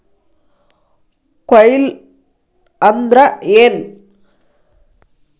ಕೊಯ್ಲು ಅಂದ್ರ ಏನ್?